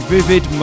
Vivid